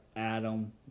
Adam